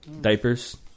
Diapers